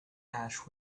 ash